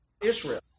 Israel